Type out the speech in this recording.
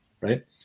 right